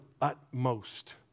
utmost